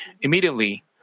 immediately